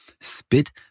spit